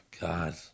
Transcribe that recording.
God